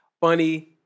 funny